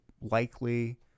likely